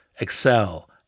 Excel